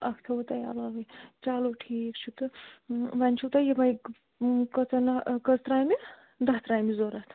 اَکھ تھاوَو تۄہہِ علاوٕے چلو ٹھیٖک چھُ تہٕ وٕ ؤنۍ چھُو تۄہہِ یِمٕے کٔژَن نا کٔژ ترامہِ داہ ترامہِ ضوٚرَتھ